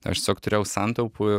aš tiesiog turėjau santaupų